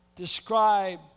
describe